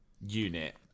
unit